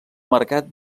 marcat